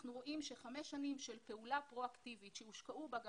אנחנו רואים שחמש שנים של פעולה פרו אקטיבית שהושקעו בה גם